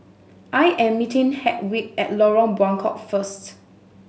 I am meeting Hedwig at Lorong Buangkok first